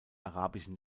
arabischen